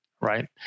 right